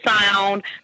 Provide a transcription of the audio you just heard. sound